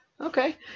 Okay